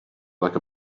like